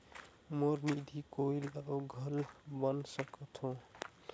मोर निधि कोई ला घल बना सकत हो?